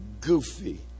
goofy